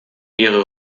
ihre